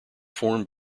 formed